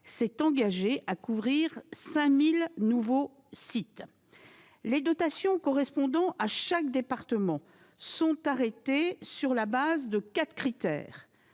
s'est engagé à couvrir 5 000 nouveaux sites. Les dotations correspondant à chaque département sont arrêtées sur la base de quatre critères